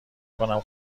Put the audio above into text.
کنم